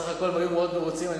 סך הכול הם היו מאוד מרוצים.